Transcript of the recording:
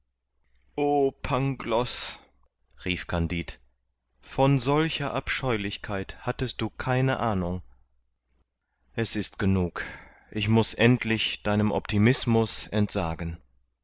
pangloß rief kandid von solcher abscheulichkeit hattest du keine ahnung es ist genug ich muß endlich deinem optimismus entsagen